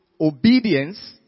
obedience